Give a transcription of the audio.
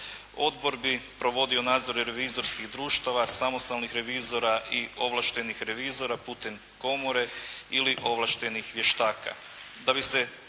Odbor bi provodio nadzor revizorskih društava, samostalnih revizora i ovlaštenih revizora putem komore ili ovlaštenih vještaka.